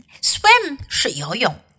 Swim,是游泳